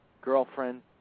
girlfriend